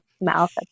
mouth